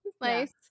nice